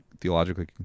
Theologically